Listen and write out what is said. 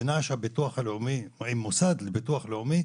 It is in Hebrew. מדינה עם מוסד לביטוח לאומי,